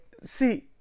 See